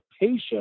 patient